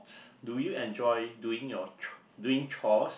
do you enjoy doing your doing chores